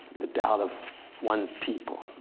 the doubt of one's people,